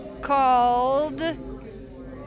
called